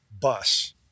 bus